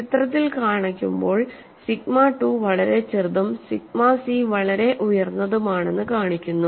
ചിത്രത്തിൽ കാണിക്കുമ്പോൾ സിഗ്മ 2 വളരെ ചെറുതും സിഗ്മ സി വളരെ ഉയർന്നതുമാണെന്ന് കാണിക്കുന്നു